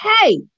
hey